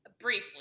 briefly